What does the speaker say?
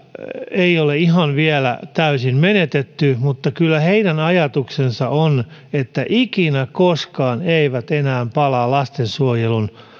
ei ole ihan vielä täysin menetetty mutta kyllä heidän ajatuksensa on että ikinä koskaan eivät enää palaa lastensuojelun